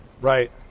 Right